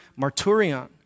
marturion